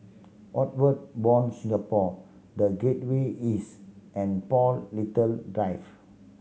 Outward Bound Singapore The Gateway East and Paul Little Drive